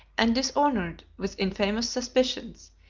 and dishonored, with infamous suspicions,